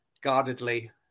guardedly